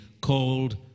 called